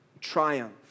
triumph